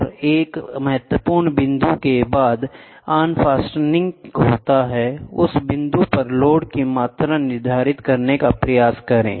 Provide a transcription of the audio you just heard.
और एक महत्वपूर्ण बिंदु के बाद अनफास्टनिंग होता है उस बिंदु पर लोड की मात्रा निर्धारित करने का प्रयास करें